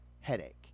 headache